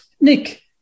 Nick